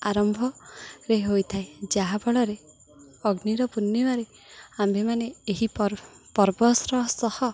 ଆରମ୍ଭରେ ହୋଇଥାଏ ଯାହାଫଳରେ ଅଗ୍ନିର ପୂର୍ଣ୍ଣିମାରେ ଆମ୍ଭେମାନେ ଏହି ପର୍ବଶ୍ର ସହ